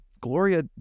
Gloria